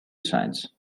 science